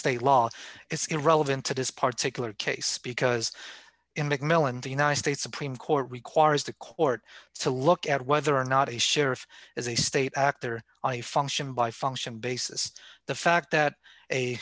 state law is irrelevant to this particular case because in mcmillan the united states supreme court requires the court to look at whether or not a sheriff is a state actor on a function by function basis the fact that a